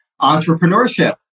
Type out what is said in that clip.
entrepreneurship